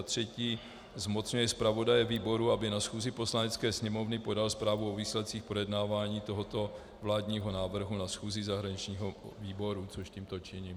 3. zmocňuje zpravodaje výboru, aby na schůzi Poslanecké sněmovny podal zprávu o výsledcích projednávání tohoto vládního návrhu na schůzi zahraničního výboru, což tímto činím.